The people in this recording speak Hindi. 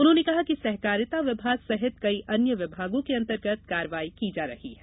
उन्होंने कहा कि सहकारिता विभाग सहित कई अन्य विभागों के अंतर्गत कार्रवाई की जा रही है